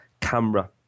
camera